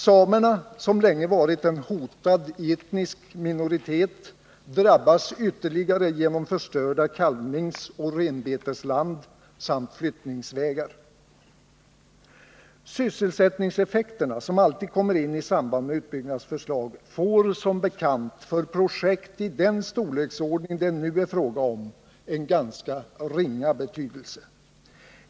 Samerna, som länge varit en hotad etnisk minoritet, drabbas ytterligare genom förstörda kalvningsoch renbetesland samt flyttningsvägar. Sysselsättningseffekterna, som alltid kommer in i samband med utbyggnadsförslag, får som bekant för projekt i den storleksordning det nu är fråga om en ganska ringa betydelse.